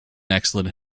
excellent